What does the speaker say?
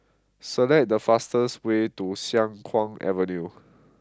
select the fastest way to Siang Kuang Avenue